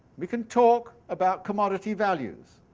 we can talk about commodity values.